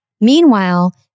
Meanwhile